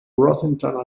rosenthal